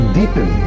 deepen